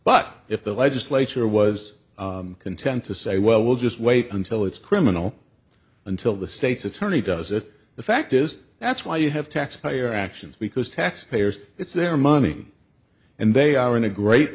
but if the legislature was content to say well we'll just wait until it's criminal until the state's attorney does it the fact is that's why you have taxpayer actions because taxpayers it's their money and they are in a great